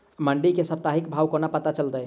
मंडी केँ साप्ताहिक भाव कोना पत्ता चलतै?